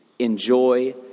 enjoy